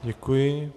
Děkuji.